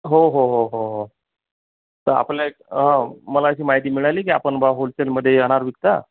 हो हो हो हो हो तर आपलं एक हं मला अशी माहिती मिळाली की आपण बुवा होलसेलमध्ये अनार विकता